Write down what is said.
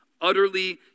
utterly